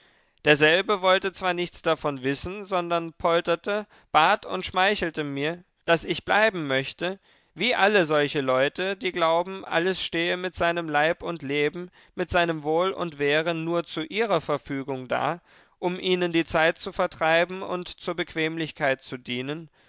derselbe wollte zwar nichts davon wissen sondern polterte bat und schmeichelte mir daß ich bleiben möchte wie alle solche leute die glauben alles stehe mit seinem leib und leben mit seinem wohl und wehe nur zu ihrer verfügung da um ihnen die zeit zu vertreiben und zur bequemlichkeit zu dienen